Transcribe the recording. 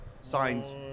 Signs